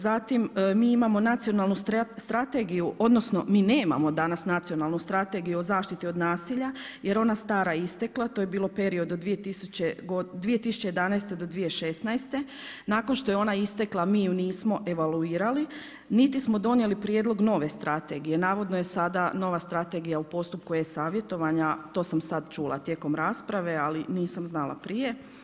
Zatim, mi imamo nacionalnu strategiju odnosno mi nemamo danas Nacionalnu strategiju o zaštiti od nasilja jer je ona stara istekla, to je bilo period do 2011. do 2016., nakon što je ona istekla mi ju nismo evaluirali niti smo donijeli prijedlog nove strategije, navodno je sada nova strategija u postupku e-savjetovanja, to sam sad čula tijekom rasprave, ali nisam znala prije.